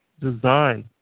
design